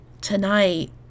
Tonight